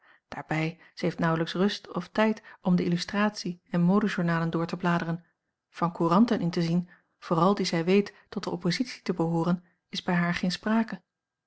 daarbij zij heeft nauwelijks rust of tijd om de illustratie en modejournalen door te bladeren van couranten in te zien vooral die zij weet tot de oppositie te behooren is bij haar geen sprake